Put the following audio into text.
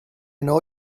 know